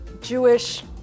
Jewish